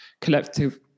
collective